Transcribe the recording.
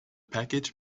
package